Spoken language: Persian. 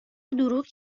دروغی